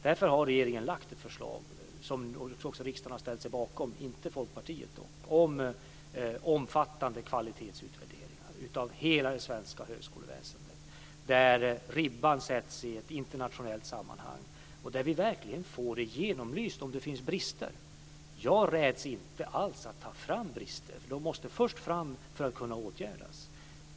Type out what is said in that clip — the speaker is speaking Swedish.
Därför har regeringen lagt fram ett förslag som riksdagen också har ställt sig bakom - dock inte Folkpartiet - om omfattande kvalitetsutvärderingar av hela det svenska högskoleväsendet, där ribban sätts på internationell nivå och där vi verkligen får genomlyst om det finns brister. Jag räds inte alls att ta fram brister. De måste först fram för att kunna åtgärdas.